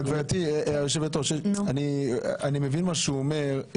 אבל גברתי יושבת הראש אני מבין את מה שהוא אומר.